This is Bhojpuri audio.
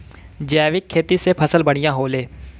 जैविक खेती से फसल बढ़िया होले